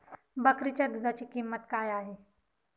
बकरीच्या दूधाची किंमत काय आहे?